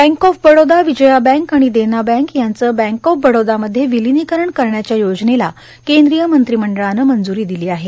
bank of Baroda Vijaya bank आणि Dena bank यांचं bank of Baroda मध्ये विलिनीकरण करण्याच्या योजनेला केंद्रीय मंत्रिमंडळानं मंजुरी दिली आहे